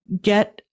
get